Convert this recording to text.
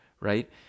right